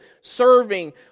serving